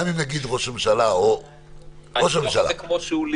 גם אם נניח ראש הממשלה ------ כמו שהוא,